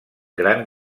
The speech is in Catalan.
gran